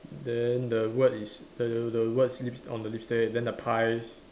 then the word is the the words lips on the lipstick then the pies